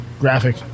graphic